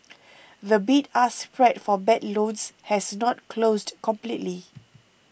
the bid ask spread for bad loans has not closed completely